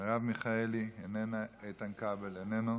מרב מיכאלי, איננה, איתן כבל, איננו.